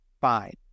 Fine